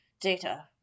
data